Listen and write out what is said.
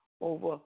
over